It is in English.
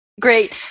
Great